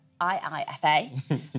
IIFA